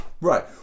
Right